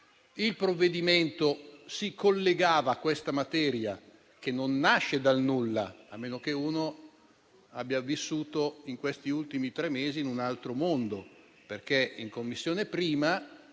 Il provvedimento si collegava a questa materia, che non nasce dal nulla, a meno che uno abbia vissuto negli ultimi tre mesi in un altro mondo. Da dicembre in 1a Commissione sono